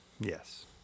Yes